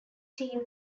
team